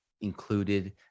included